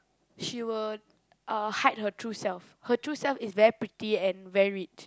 she will uh hide her true self her true self is very pretty and very rich